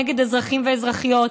נגד אזרחים ואזרחיות,